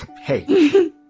Hey